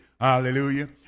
hallelujah